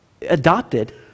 adopted